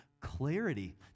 Clarity